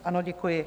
Ano, děkuji.